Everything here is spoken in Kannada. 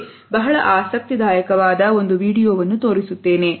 ಇಲ್ಲಿ ಬಹಳ ಆಸಕ್ತಿದಾಯಕವಾದ ಒಂದು ವಿಡಿಯೋವನ್ನು ತೋರಿಸುತ್ತೇನೆ